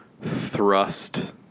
thrust